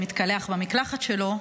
שמתקלח במקלחת שלו,